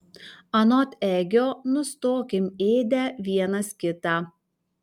anot egio nustokim ėdę vienas kitą